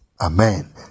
amen